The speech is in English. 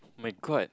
my god